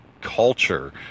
culture